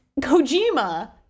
Kojima